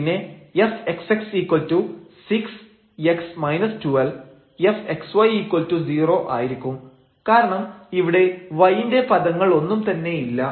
പിന്നെ fxx6 x 12 fxy0 ആയിരിക്കും കാരണം ഇവിടെ y ന്റെ പദങ്ങൾ ഒന്നും തന്നെയില്ല